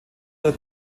der